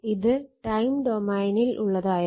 ഇത് ടൈം ഡൊമൈനിലുള്ളതായിരുന്നു